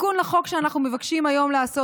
התיקון לחוק שאנחנו מבקשים היום לעשות